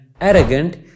arrogant